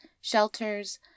shelters